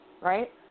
right